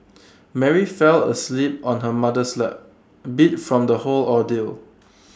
Mary fell asleep on her mother's lap beat from the whole ordeal